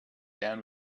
down